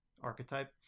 archetype